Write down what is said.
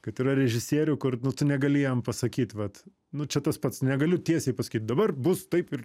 kad yra režisierių kur nu tu negali jam pasakyt vat nu čia tas pats negaliu tiesiai pasakyt dabar bus taip ir